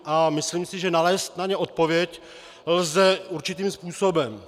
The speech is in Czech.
A myslím si, že nalézt na ně odpověď lze určitým způsobem.